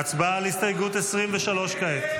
הצבעה על הסתייגות 23 כעת.